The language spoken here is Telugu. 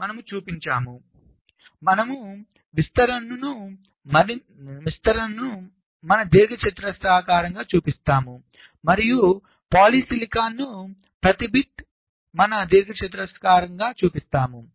మనము చూపించముమనము విస్తరణను ఘన దీర్ఘచతురస్రంగా చూపిస్తాము మరియు పాలిసిలికాన్ ను ప్రతి బిట్ ఘన దీర్ఘచతురస్రంగా కూడా చూపిస్తాము